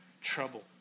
trouble